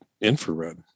infrared